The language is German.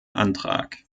antrag